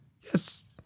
yes